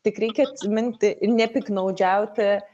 tik reikia atsiminti nepiktnaudžiauti